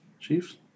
chiefs